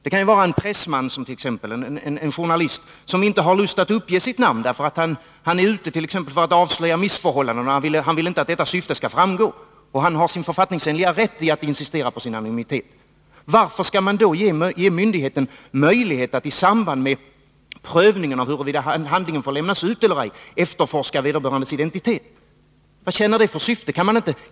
Det kan t.ex. vara fråga om en journalist som inte har lust att uppge sitt namn därför att han är ute efter att avslöja missförhållanden och inte vill att detta syfte skall framgå, och han har författningsenlig rätt att insistera på sin anonymitet. Varför skall man då ge myndigheten möjlighet att i samband med prövningen av huruvida en handling får lämnas ut eller inte efterforska vederbörandes identitet? Vad tjänar det för syfte?